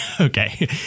Okay